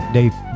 Dave